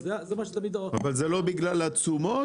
אבל זה לא בגלל התשומות?